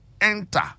enter